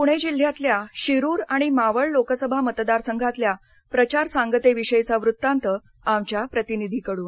पूणे जिल्ह्यातल्या शिरूर आणि मावळ लोकसभा मतदार संघातल्या प्रचार सांगतेविषयीचा वृत्तांत आमच्या प्रतिनिधीकडन